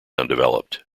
undeveloped